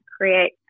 create